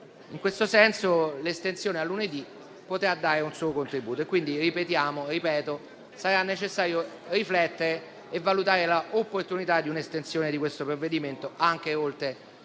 In questo senso l'estensione al lunedì potrà dare un suo contributo. Ripeto, quindi, che sarà necessario riflettere e valutare l'opportunità di estendere le misure di questo provvedimento anche oltre